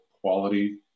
quality